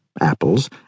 apples